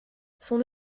son